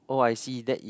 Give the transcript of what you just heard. oh I see that is